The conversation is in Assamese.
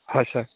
হয় ছাৰ